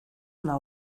una